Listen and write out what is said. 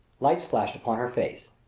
lights flashed upon her face.